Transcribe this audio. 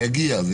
זה יגיע.